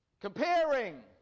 comparing